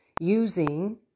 using